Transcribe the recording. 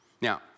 Now